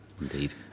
Indeed